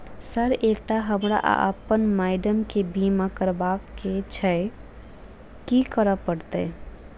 Sir एकटा हमरा आ अप्पन माइडम केँ बीमा करबाक केँ छैय की करऽ परतै?